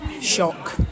shock